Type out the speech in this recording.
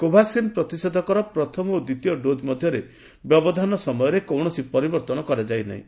କୋଭାକ୍ସିନ୍ ପ୍ରତିଷେଧକର ପ୍ରଥମ ଓ ଦ୍ୱିତୀୟ ଡୋଜ ମଧ୍ୟରେ ବ୍ୟବଧାନ ସମୟରେ କୌଣସି ପରିବର୍ତ୍ତନ କରାଯାଇନାହିଁ